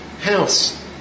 house